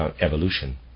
evolution